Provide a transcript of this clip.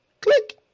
click